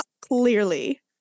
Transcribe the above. clearly